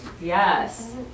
Yes